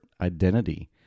identity